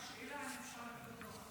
רק שאלה, אם אפשר, על הצפון.